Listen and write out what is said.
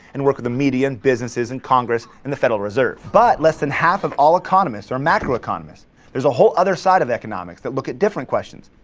and work with the media and businesses and congress and the federal reserve, but less than half of all economists are macro economists there's a whole other side of economics that look at different questions.